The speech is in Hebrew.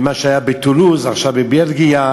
מה שהיה בטולוז ועכשיו בבלגיה.